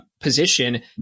position